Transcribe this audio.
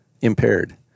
impaired